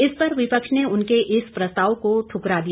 इस पर विपक्ष ने उनके इस प्रस्ताव को दुकरा दिया